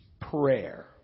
prayer